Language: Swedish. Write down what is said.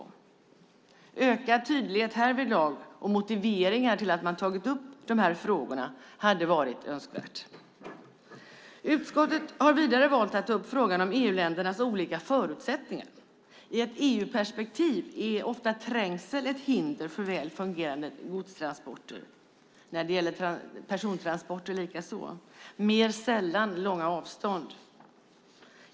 Det skulle ha varit önskvärt med ökad tydlighet härvidlag och motiveringar till att man tagit upp de här frågorna. Utskottet har vidare valt att ta upp frågan om EU-ländernas olika förutsättningar. I ett EU-perspektiv är ofta trängsel ett hinder för väl fungerande godstransporter. Det gäller persontransporter likaså. Mer sällan handlar det om långa avstånd.